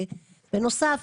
בנוסף,